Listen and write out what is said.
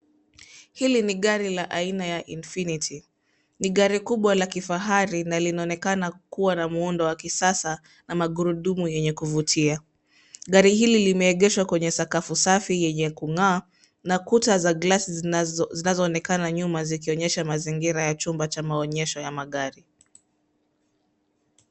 Hili ni gari la aina ya Infinity. Ni gari kubwa la kifahari na linaonekana kuwa na muundo wa kisasa na gurudumu yenye kuvutia. Gari hili limeegeshwa kwenye sakafu safi yenye kung'aa na kuta za glasi zinazoonekana nyuma zikionyesha mazingira ya chumba cha maonyesho ya magari.